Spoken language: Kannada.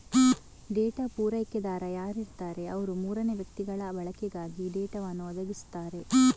ಡೇಟಾ ಪೂರೈಕೆದಾರ ಯಾರಿರ್ತಾರೆ ಅವ್ರು ಮೂರನೇ ವ್ಯಕ್ತಿಗಳ ಬಳಕೆಗಾಗಿ ಡೇಟಾವನ್ನು ಒದಗಿಸ್ತಾರೆ